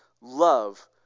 love